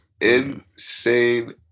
insane